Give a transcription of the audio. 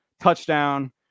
Touchdown